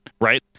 Right